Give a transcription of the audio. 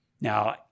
Now